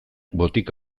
botika